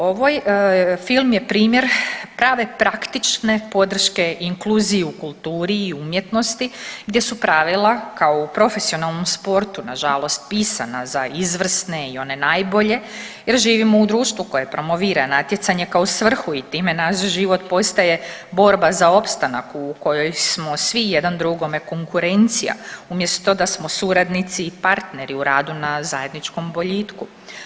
Ovoj, film je primjer prave praktične podrške i inkluzije u kulturi i umjetnosti gdje su pravila, kao u profesionalnom sportu, nažalost, pisana za izvrsne i one najbolje jer živimo u društvu koje promovira natjecanje kao svrhu i time naš život postaje borba za opstanak u kojoj smo svi jedan drugome konkurencija, umjesto da smo suradnici i partneri u radu na zajedničkom boljitku.